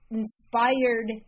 inspired